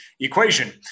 equation